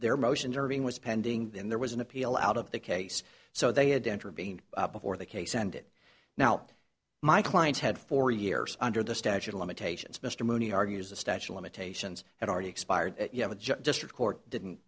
their motion during was pending then there was an appeal out of the case so they had to intervene before the case ended now my clients had four years under the statute of limitations mr mooney argues the statue of limitations had already expired you have a judge district court didn't